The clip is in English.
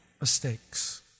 mistakes